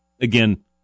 again